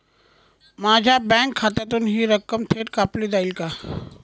माझ्या बँक खात्यातून हि रक्कम थेट कापली जाईल का?